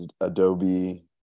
adobe